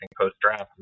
post-draft